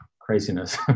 craziness